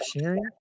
sharing